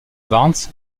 barnes